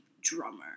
drummer